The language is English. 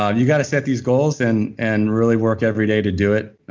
ah you've got to set these goals and and really work every day to do it.